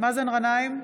מאזן גנאים,